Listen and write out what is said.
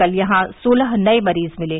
कल यहां सोलह नए मरीज मिले